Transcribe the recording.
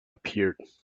appeared